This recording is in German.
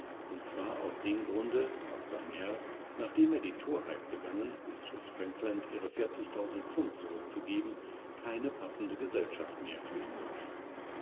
und zwar aus dem grunde weil sein herr nachdem er die torheit begangen mistreß frankland ihre vierzigtausend pfund zurückzugeben keinepassendegesellschaftmehrfürihnsei ichsagteihm sagtemr treverton beidererinnerungandenabschiedzwischen seinemdienerundihmwiederinsichhineinkichernd